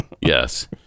Yes